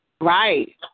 Right